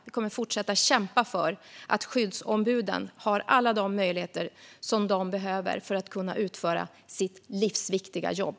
Vi kommer att fortsätta kämpa för att skyddsombuden har alla de möjligheter de behöver för att kunna utföra sitt livsviktiga jobb.